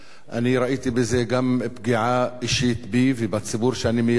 אני ראיתי בזה גם פגיעה אישית בי ובציבור שאני מייצג.